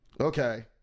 Okay